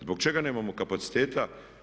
Zbog čega nemamo kapaciteta?